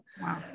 wow